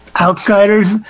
outsiders